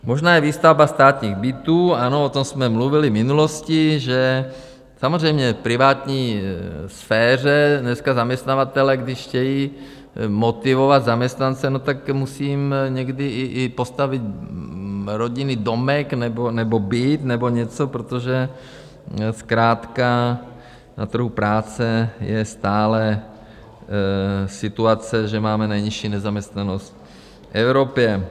Možná je výstavba státních bytů, ano, o tom jsme mluvili v minulosti, že samozřejmě v privátní sféře dneska zaměstnavatelé, když chtějí motivovat zaměstnance, tak musím někdy i postavit rodinný domek nebo byt nebo něco, protože zkrátka na trhu práce je stále situace, že máme nejnižší nezaměstnanost v Evropě.